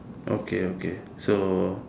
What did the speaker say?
okay okay so